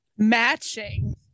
Matching